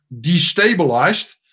destabilized